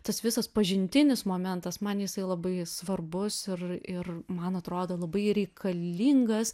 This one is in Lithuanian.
tas visas pažintinis momentas man jisai labai svarbus ir ir man atrodo labai reikalingas